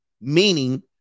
meaning